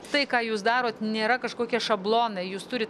tai ką jūs darot nėra kažkokie šablonai jūs turit